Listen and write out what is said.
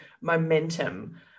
momentum